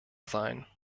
sein